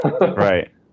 Right